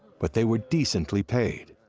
but they were decently paid.